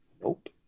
Nope